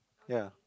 ya